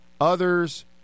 others